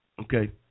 Okay